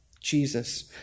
Jesus